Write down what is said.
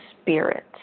spirit